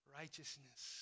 righteousness